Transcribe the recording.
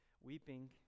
weeping